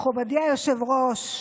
מכובדי היושב-ראש,